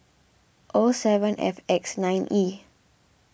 O seven F X nine E